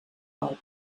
vol